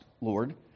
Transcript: Lord